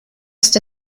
ist